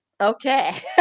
Okay